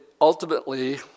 ultimately